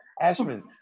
Ashman